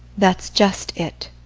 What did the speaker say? that's just it.